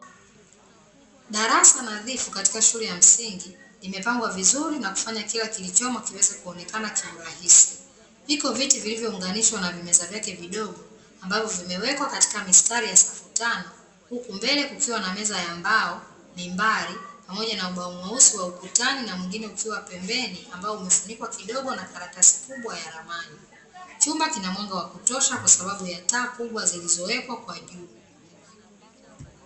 Darasa nadhifu katika shule ya msingi imepangwa vizuri na kufanya kila kilichomo kiweze kuonekana kiurahisi, viko viti vilivyounganishwa na vimeza vyake vidogo ambavyo vimewekwa katika mistari ya safu tano huku mbele kukiwa na meza ya mbao, mimbari pamoja na ubao mweusi wa ukutani na mwingine ukiwa pembeni ambao umefunikwa kidogo na karatasi kubwa ya ramani, chumba kina mwanga wa kutosha kwa sababu ya taa kubwa zikizowekwa kwa juu.